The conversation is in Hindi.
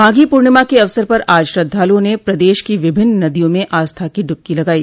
माघी पूर्णिमा के अवसर पर आज श्रद्वालुओं ने प्रदेश की विभिन्न नदियों में आस्था की डुबकी लगाई